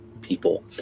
people